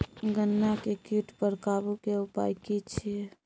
गन्ना के कीट पर काबू के उपाय की छिये?